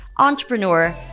entrepreneur